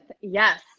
Yes